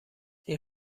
این